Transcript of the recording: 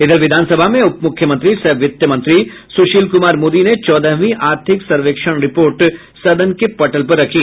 इधर विधानसभा में उप मुख्यमंत्री सह वित्त मंत्री सुशील कुमार मोदी ने चौदहवीं आर्थिक सर्वेक्षण रिपोर्ट सदन के पटल पर रखी